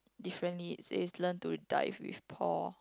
differently it says learn to dive with Paul